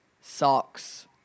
socks